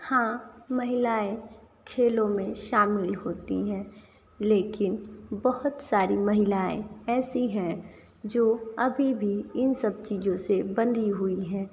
हाँ महिलाएँ खेलों में शामिल होती हैं लेकिन बहोत सारी महिलाएँ ऐसी हैं जो अभी भी इन सब चीज़ों से बंधी हुई हैं